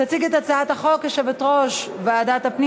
תציג את הצעת החוק יושבת-ראש ועדת הפנים